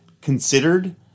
considered